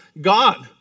God